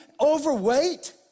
overweight